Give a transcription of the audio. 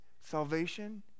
Salvation